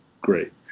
great